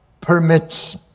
permits